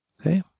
Okay